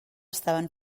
estaven